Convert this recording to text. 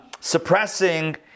suppressing